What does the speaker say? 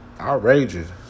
Outrageous